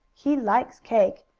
he likes cake.